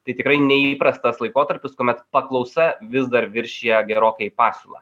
tai tikrai neįprastas laikotarpis kuomet paklausa vis dar viršija gerokai pasiūlą